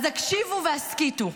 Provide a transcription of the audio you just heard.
אז הקשיבו והסכיתו,